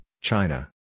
China